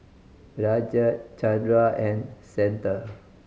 Rajat Chandra and Santha